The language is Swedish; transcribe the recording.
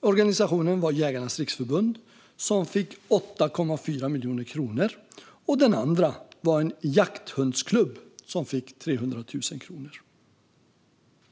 organisationen var Jägarnas Riksförbund, som fick 8,4 miljoner kronor, och den andra var en jakthundsklubb som fick 300 000 kronor.